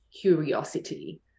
curiosity